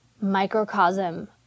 microcosm